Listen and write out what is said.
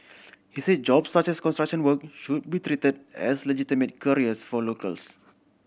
he said jobs such as construction work should be treated as legitimate careers for locals